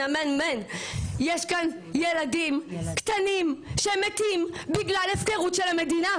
אמן יש כאן ילדים קטנים שמתים לאט לאט בגלל הפקרות של המדינה.